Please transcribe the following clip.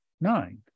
nine